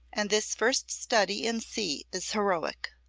and this first study in c is heroic.